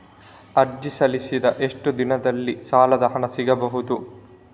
ಅರ್ಜಿ ಸಲ್ಲಿಸಿದ ಎಷ್ಟು ದಿನದಲ್ಲಿ ಸಾಲದ ಹಣ ಸಿಗಬಹುದು?